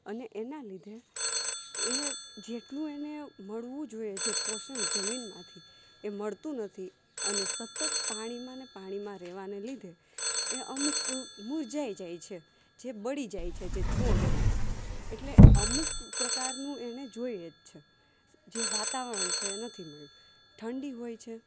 અને એના લીધે એ જેટલું એને મળવું જોઈએ જે પોષણ જમીનમાંથી એ મળતું નથી અને સતત પાણીમાં પાણીમાં રહેવાને લીધે એ અમુક મુરઝાઈ જાય છે જે બળી જાય છે જે છોડ હોય છે એટલે અમુક પ્રકારનું એને જોઈએ છે જે વાતાવરણ છે એ નથી મળ્યું ઠંડી હોય છે